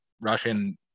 Russian